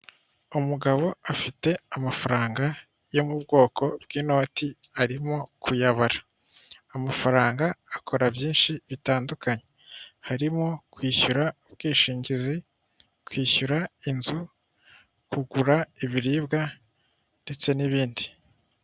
Umugabo afite amafaranga yo mu bwoko bw'inoti arimo kuyabara, amafaranga akora byinshi bitandukanye, harimo kwishyura ubwishingizi, kwishyura inzu, kugura ibiribwa ndetse n'ibindi.